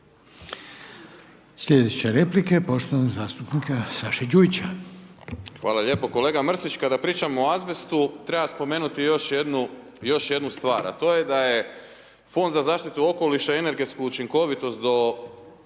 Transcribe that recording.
Sljedeća replika je poštovanog zastupnika Ante Bačića.